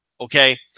okay